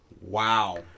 Wow